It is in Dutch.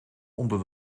onder